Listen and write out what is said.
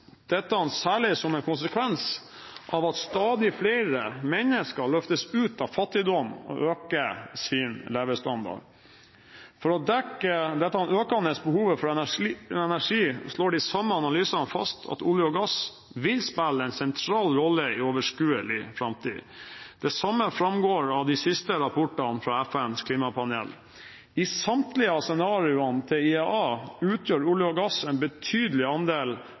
dette særlig som en konsekvens av at stadig flere mennesker løftes ut av fattigdom og øker sin levestandard. For å dekke dette økende behovet for energi slår de samme analysene fast at olje og gass vil spille en sentral rolle i overskuelig framtid. Det samme framgår av de siste rapportene fra FNs klimapanel. I samtlige av scenarioene til IEA utgjør olje og gass en betydelig andel